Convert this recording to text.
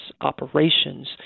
operations